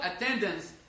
attendance